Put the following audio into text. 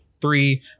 three